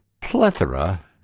plethora